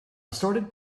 assorted